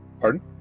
Pardon